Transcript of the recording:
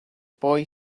boy